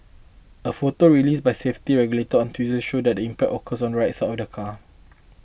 a photo released by safety regulators on Tuesday showed that the impact occurred on the right side of the car